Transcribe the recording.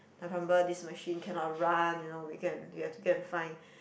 like for example this machine cannot run you know we can you have to go and find